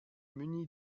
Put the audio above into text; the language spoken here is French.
muni